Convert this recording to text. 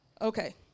Okay